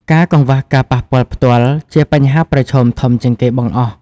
ការកង្វះការប៉ះពាល់ផ្ទាល់ ជាបញ្ហាប្រឈមធំជាងគេបង្អស់។